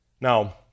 Now